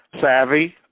savvy